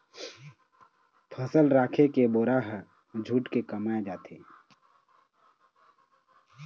फसल राखे के बोरा ह जूट के बनाए जाथे